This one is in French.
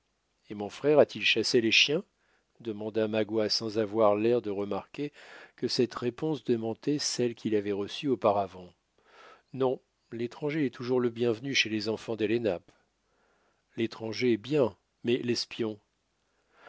et mon frère a-t-il chassé les chiens demanda magua sans avoir l'air de remarquer que cette réponse démentait celle qu'il avait reçue auparavant non l'étranger est toujours le bienvenu chez les enfants de l'étranger bien mais l'espion